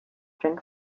drink